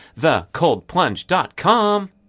thecoldplunge.com